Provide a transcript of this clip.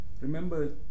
Remember